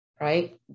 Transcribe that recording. right